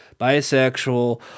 bisexual